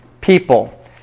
people